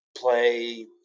play